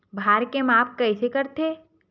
भार के माप कइसे करथे?